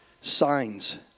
Signs